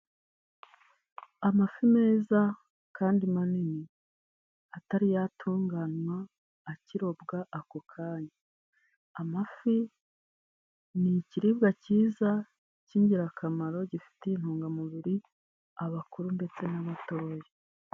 Amafi meza kandi manini. Atari yatunganywa akirobwa ako kanya. Amafi ni ikiribwa cyiza cy'ingirakamaro gifitiye intungamubiri, abakuru ndetse n'amatoya.